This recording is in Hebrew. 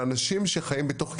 לאנשים שחיים בתוך קהילה,